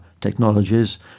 technologies